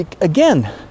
again